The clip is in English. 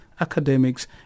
academics